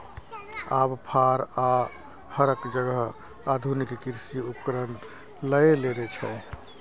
आब फार आ हरक जगह आधुनिक कृषि उपकरण लए लेने छै